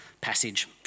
passage